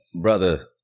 brother